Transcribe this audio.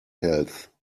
health